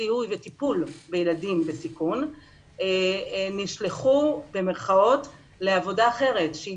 זיהוי וטיפול בילדים בסיכון "נשלחו" לעבודה אחרת שהיא